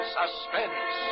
suspense